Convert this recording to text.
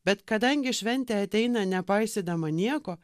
bet kadangi šventė ateina nepaisydama nieko